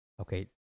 okay